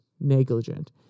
negligent